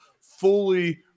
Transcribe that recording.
fully